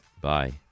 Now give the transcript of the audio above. Bye